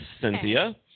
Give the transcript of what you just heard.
Cynthia